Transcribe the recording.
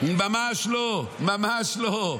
--- ממש לא, ממש לא.